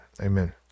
Amen